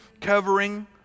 covering